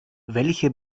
welche